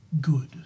good